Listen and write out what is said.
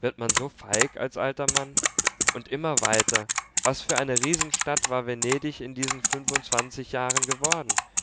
wird man so feig als alter mann und immer weiter was für eine riesenstadt war venedig in diesen fünfundzwanzig jahren geworden